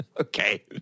Okay